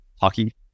hockey